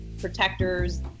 Protectors